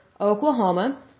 Oklahoma